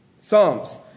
Psalms